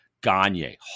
Gagne